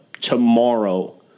tomorrow